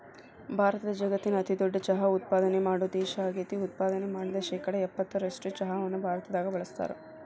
ಭಾರತ ಜಗತ್ತಿನ ಅತಿದೊಡ್ಡ ಚಹಾ ಉತ್ಪಾದನೆ ಮಾಡೋ ದೇಶ ಆಗೇತಿ, ಉತ್ಪಾದನೆ ಮಾಡಿದ ಶೇಕಡಾ ಎಪ್ಪತ್ತರಷ್ಟು ಚಹಾವನ್ನ ಭಾರತದಾಗ ಬಳಸ್ತಾರ